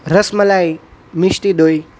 રસ મલાઈ મીસ્ટી દોઈ